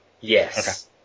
Yes